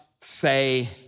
Say